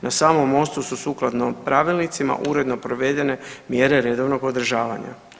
Na samom mostu su sukladno pravilnicima uredno provedene mjere redovnog održavanja.